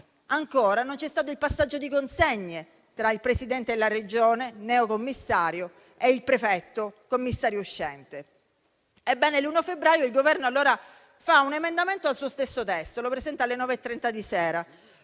ancora non c'è stato il passaggio di consegne tra il Presidente della Regione neocommissario e il prefetto commissario uscente. Ebbene, il 1° febbraio il Governo fa un emendamento al suo stesso testo - lo presenta alle ore